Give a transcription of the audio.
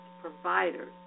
providers